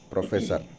Professor